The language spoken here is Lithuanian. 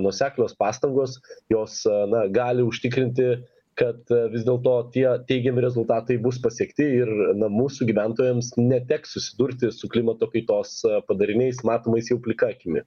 nuoseklios pastangos jos na gali užtikrinti kad vis dėl to tie teigiami rezultatai bus pasiekti ir mūsų gyventojams neteks susidurti su klimato kaitos padariniais matomais jau plika akimi